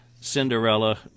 Cinderella